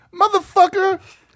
motherfucker